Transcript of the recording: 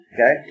Okay